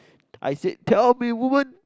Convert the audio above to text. I said tell me woman